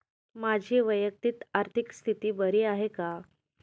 माझी वैयक्तिक आर्थिक स्थिती बरी आहे का?